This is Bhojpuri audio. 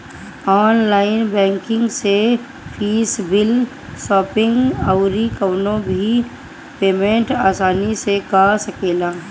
ऑनलाइन बैंकिंग से फ़ीस, बिल, शॉपिंग अउरी कवनो भी पेमेंट आसानी से कअ सकेला